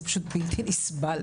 זה פשוט בלתי נסבל,